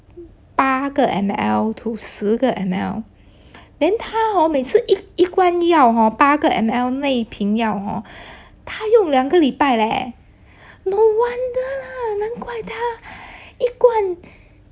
八个 M_L to 十个 M_L then 他 hor 每次一一罐药八个 M_L 那一瓶药他用两个礼拜 leh !no wonder! lah 难怪他一罐